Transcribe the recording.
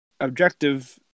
objective